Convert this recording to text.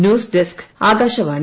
news desk Akashvani